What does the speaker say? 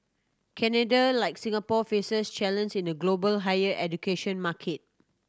Canada like Singapore faces challenge in a global higher education market